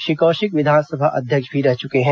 श्री कौशिक विधानसभा अध्यक्ष भी रह चुके हैं